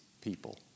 people